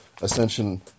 ascension